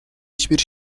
hiçbir